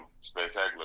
spectacular